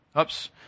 Oops